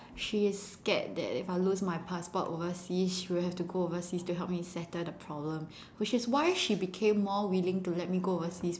she is scared that if I lose my passport overseas she will have to go overseas to help me settle the problem which is why she became more willing to let me go overseas